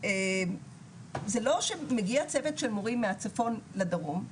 זה לא שמגיע צוות של מורים מהצפון לדרום,